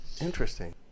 Interesting